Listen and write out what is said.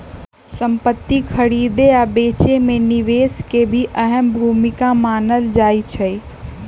संपति खरीदे आ बेचे मे निवेश के भी अहम भूमिका मानल जाई छई